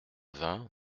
vingts